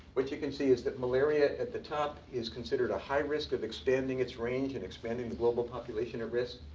what you can see is that malaria, at the top, is considered a high risk of expanding its range and expanding the global population at risk.